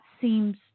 seems